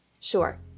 Sure